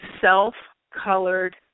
self-colored